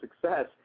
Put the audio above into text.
success